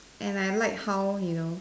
and I like how you know